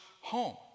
home